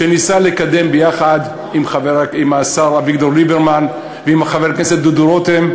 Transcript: ניסה לקדם יחד עם השר אביגדור ליברמן ועם חבר הכנסת דודו רותם,